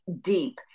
deep